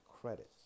credit